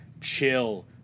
chill